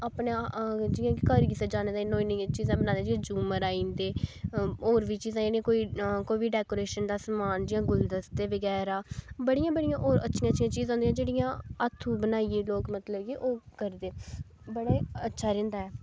अपने जियां कि घर किसे जाने दे इ'न्नो इन्नियां चीजां बनाई दियां जियां झूमर आई जंदे होर बी चीजां जेह्ड़ियां कोई कोई बी डैकोरेशन दा समान जियां गुलदस्ते बगैरा बड़ियां बड़ियां होर अच्छियां अच्छियां चीजां होंदियां जेह्ड़ियां हत्थूं बनाइयै लोग मतलब ओह् करदे बड़ा अच्छा रैंह्दा ऐ